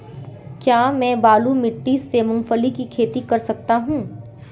क्या मैं बालू मिट्टी में मूंगफली की खेती कर सकता हूँ?